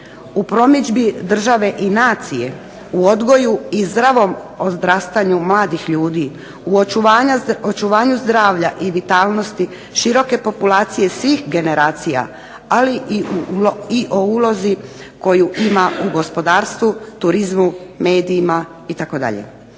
U promidžbi države i nacije, u odgoju i zdravom odrastanju mladih ljudi, u očuvanju zdravlja i vitalnosti široke populacije svih generacija, ali i o ulozi koju ima u gospodarstvu, turizmu, medijima, itd.